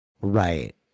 Right